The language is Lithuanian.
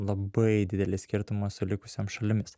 labai didelį skirtumą su likusiom šalimis